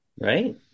Right